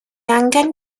angen